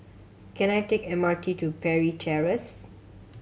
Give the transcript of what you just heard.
can I take M R T to Parry Terrace